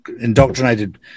indoctrinated